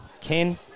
Ken